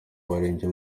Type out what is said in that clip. baririmbye